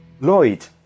Lloyd